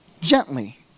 gently